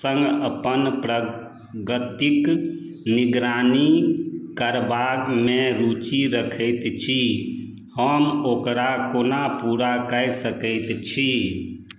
सङ्ग अपन प्रगतिक निगरानी करबामे रुचि रखैत छी हम ओकरा कोना पूरा कए सकैत छी